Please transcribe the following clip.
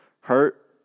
hurt